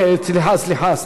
סליחה,